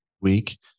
week